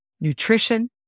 Nutrition